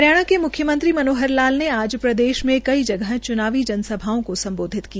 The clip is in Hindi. हरियाणा के म्ख्यमंत्री मनोहर लाल ने आज प्रदेश में कई जगह र च्नावी जनसभाओं को सम्बोधित किया